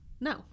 No